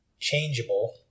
Changeable